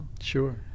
Sure